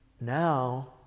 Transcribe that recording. now